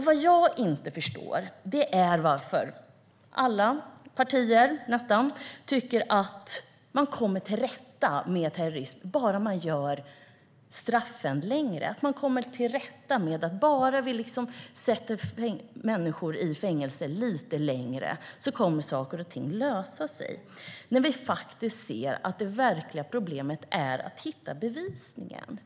Vad jag inte förstår är varför nästan alla partier tror att man kommer till rätta med terrorism bara man gör straffen längre - bara vi sätter människor i fängelse lite längre kommer saker och ting att lösa sig. Det verkliga problemet är egentligen att hitta bevisningen.